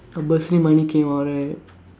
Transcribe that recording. your bursary money came out right